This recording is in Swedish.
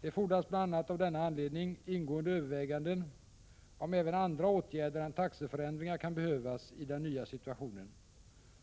Det fordras bl.a. av denna anledning ingående överväganden om även andra åtgärder än taxeförändringar kan behövas i den nya situationen.